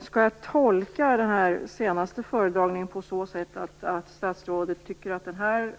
Skall jag tolka den senaste föredragningen på så sätt att statsrådet tycker att den